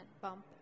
bump